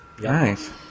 Nice